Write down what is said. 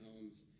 homes